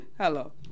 Hello